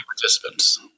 participants